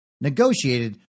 negotiated